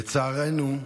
לצערנו,